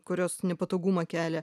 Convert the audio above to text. kurios nepatogumą kelia